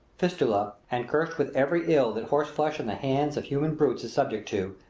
fistula, and cursed with every ill that horseflesh in the hands of human brutes is subject to,